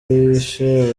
yishe